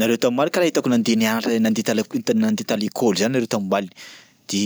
Nareo tam'maly karaha hitako nandeha nianatra nandeha talako- t- nandeha talekôly zany nareo tam'maly. De